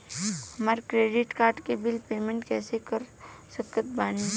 हमार credit card के bill payment कइसे कर सकत बानी?